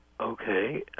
Okay